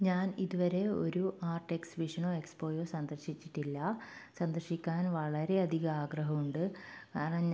ഞാൻ ഇത് വരെ ഒരു ആർട്ട് എക്സിബിഷനോ എക്സ്പോയോ സന്ദർശിച്ചിട്ടില്ല സന്ദർശിക്കാൻ വളരെ അധികം ആഗ്രഹമുണ്ട് കാരണം